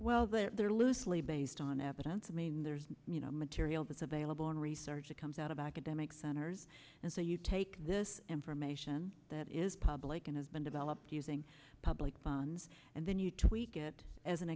well they're loosely based on evidence i mean there's you know material it's available in research it comes out of academic centers and so you take this information that is public and has been developed using public funds and then you tweak it as an